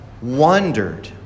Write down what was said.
wondered